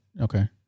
okay